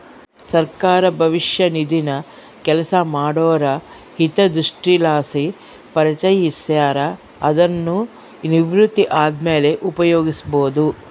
ಸರ್ಕಾರ ಭವಿಷ್ಯ ನಿಧಿನ ಕೆಲಸ ಮಾಡೋರ ಹಿತದೃಷ್ಟಿಲಾಸಿ ಪರಿಚಯಿಸ್ಯಾರ, ಅದುನ್ನು ನಿವೃತ್ತಿ ಆದ್ಮೇಲೆ ಉಪಯೋಗ್ಸ್ಯಬೋದು